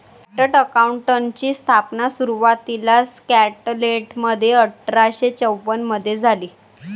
chartered अकाउंटंटची स्थापना सुरुवातीला स्कॉटलंडमध्ये अठरा शे चौवन मधे झाली